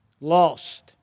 Lost